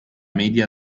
media